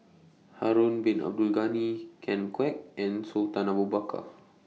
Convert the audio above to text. Harun Bin Abdul Ghani Ken Kwek and Sultan Abu Bakar